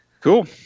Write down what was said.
cool